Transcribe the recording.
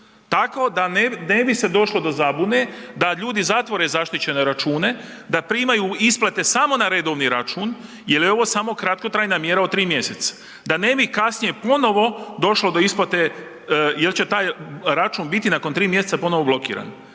tako da ne bi se došlo do zabune da ljudi zatvore zaštićene račune, da primaju isplate samo na redovni račun jer je ovo samo kratkotrajna mjera od 3 mjeseca. Da ne bi kasnije ponovo došlo do isplate, jer će taj račun biti nakon 3 mjeseca ponovo blokiran.